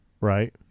right